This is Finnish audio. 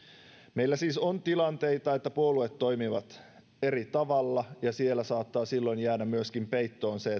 meillä siis on tilanteita että puolueet toimivat eri tavalla ja siellä saattaa silloin jäädä myöskin peittoon se